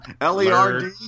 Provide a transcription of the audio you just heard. L-E-R-D